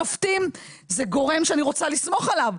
שופטים זה גורם שאני רוצה לסמוך עליו,